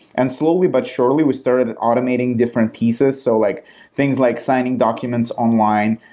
and slowly but surely we started automating different pieces. so like things like signing documents online,